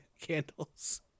candles